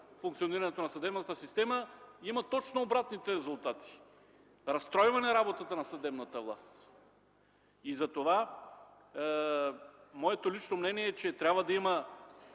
функционирането на съдебната система, има точно обратните резултати – разстройване работата на съдебната власт. И затова, моето лично мнение е, че задълбочена